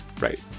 Right